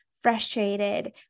frustrated